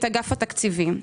אגף התקציבים,